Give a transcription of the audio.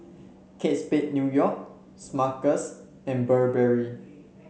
Kate Spade New York Smuckers and Burberry